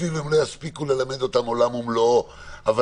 אפילו אם הם לא יספיקו ללמד אותם עולם ומלואו אבל